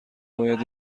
باید